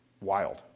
Wild